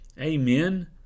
amen